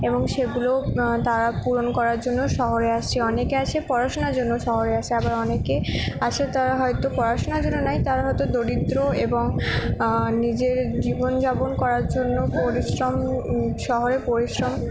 এবং সেগুলো তারা পূরণ করার জন্য শহরে আসে অনেকে আসে পড়াশোনার জন্য শহরে আসে আবার অনেকে আসে তারা হয়তো পড়াশোনার জন্য নয় তারা হয়তো দরিদ্র এবং নিজের জীবনযাপন করার জন্য পরিশ্রম শহরে পরিশ্রম